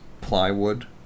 plywood